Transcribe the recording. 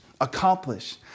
accomplish